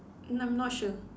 no I'm not sure